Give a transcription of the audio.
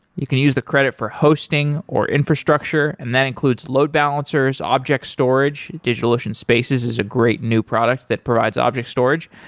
you can use the credit for hosting, or infrastructure and that includes load balancers, object storage, digitalocean spaces is a great new product that provides object storage,